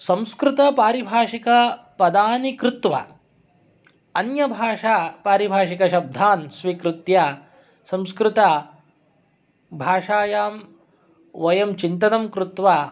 संस्कृतपारिभाषिकपदानि कृत्वा अन्यभाषा पारिभाषिकशब्दान् स्वीकृत्य संस्कृतभाषायां वयं चिन्तनं कृत्वा